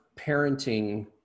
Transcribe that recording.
parenting